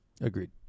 Agreed